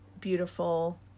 beautiful